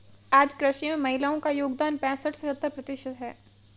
आज कृषि में महिलाओ का योगदान पैसठ से सत्तर प्रतिशत है